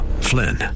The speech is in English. Flynn